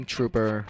Trooper